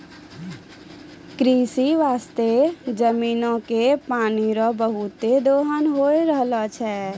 कृषि बास्ते जमीनो के पानी रो बहुते दोहन होय रहलो छै